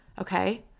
okay